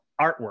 artwork